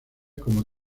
como